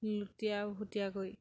লুটিয়া ভুটীয়া কৰি